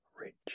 rich